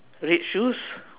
red shoes